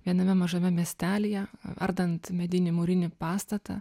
viename mažame miestelyje ardant medinį mūrinį pastatą